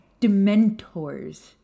Dementors